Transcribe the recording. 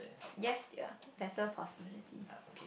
yes dear better possibilities